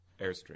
airstream